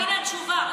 הינה התשובה.